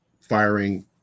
firing